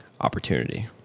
opportunity